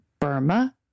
Burma